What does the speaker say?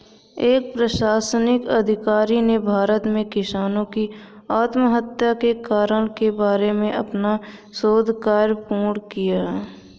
एक प्रशासनिक अधिकारी ने भारत में किसानों की आत्महत्या के कारण के बारे में अपना शोध कार्य पूर्ण किया